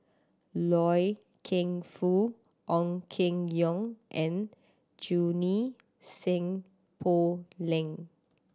Loy Keng Foo Ong Keng Yong and Junie Sng Poh Leng